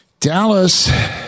Dallas